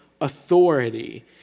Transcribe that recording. authority